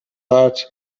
heart